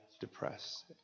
depressed